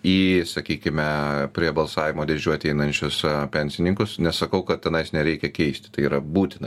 į sakykime prie balsavimo dėžių ateinančiuose pensininkus nesakau kad tenais nereikia keist tai yra būtina